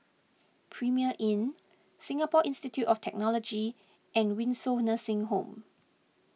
Premier Inn Singapore Institute of Technology and Windsor Nursing Home